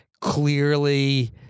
clearly